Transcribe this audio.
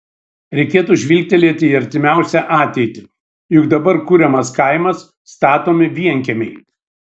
reikėtų žvilgtelėti į artimiausią ateitį juk dabar kuriamas kaimas statomi vienkiemiai